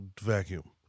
vacuum